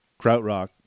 Krautrock